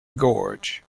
gorge